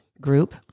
group